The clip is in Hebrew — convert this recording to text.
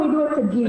אם לא יורידו את הגיל,